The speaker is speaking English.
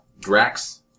Drax